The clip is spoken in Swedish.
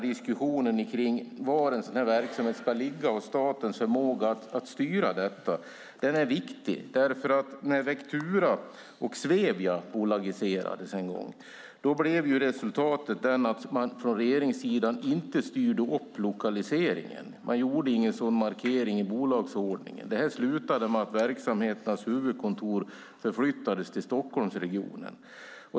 Diskussionen kring var en verksamhet ska ligga och statens förmåga att styra detta är viktig. När Vectura och Svevia bolagiserades en gång styrde man från regeringssidan inte upp lokaliseringen - man gjorde ingen sådan markering i bolagsordningen. Det slutade med att verksamheternas huvudkontor förflyttades till Stockholmsregionen.